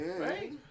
Right